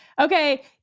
okay